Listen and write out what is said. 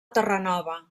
terranova